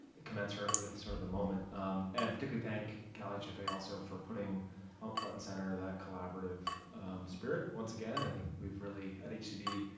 it commensurate with sort of the moment and particularly, thank calhfa also, for putting up front and center that collaborative spirit once again. i think we've really, at hcd,